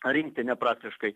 rinktinė praktiškai